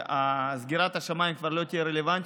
אז סגירת השמיים כבר לא תהיה רלוונטית,